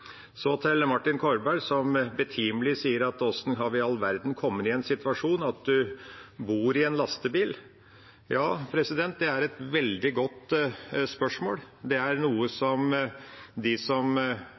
Så til Martin Kolberg, som betimelig spør hvordan i all verden en har kommet i den situasjonen at en bor i en lastebil. Det er et veldig godt spørsmål. Det er noe